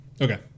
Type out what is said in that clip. Okay